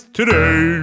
Today